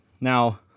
Now